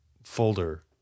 folder